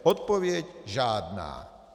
Odpověď žádná.